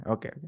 Okay